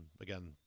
Again